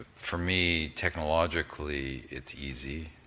for me technologically it's easy,